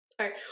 Sorry